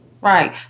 Right